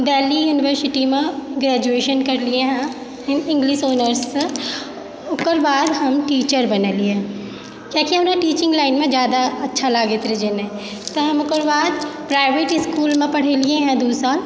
देलहि यूनिवर्सिटीमे ग्रेजुएशन करलिए हँ इंग्लिश आनर्ससँ ओकर बाद हम टीचर बनलियै किआकि हमरा टीचिंग लाइनमे जादा अच्छा लागैत रहै जेनाइ तऽ हम ओकर बाद प्राइवेट स्कूलमे पढ़ेलियै हँ दू साल